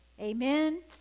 Amen